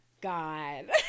god